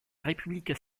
république